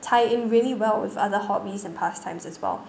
tie in really well with other hobbies and pastimes as well